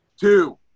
Two